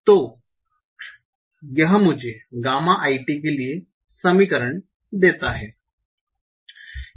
तो यह मुझे गामा i t के लिए समीकरण देता है